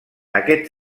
aquest